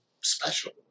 special